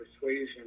persuasion